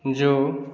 जो